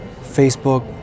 Facebook